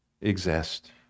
exist